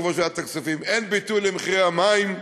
אין ביטוי למחירי המים,